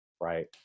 Right